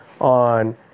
on